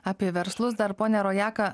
apie verslus dar ponia rojaka